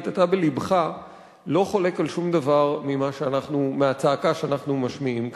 אתה בלבך לא חולק על שום דבר מהצעקה שאנחנו משמיעים כאן,